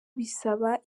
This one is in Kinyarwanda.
bisaba